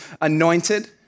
anointed